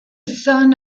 son